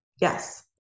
Yes